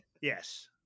yes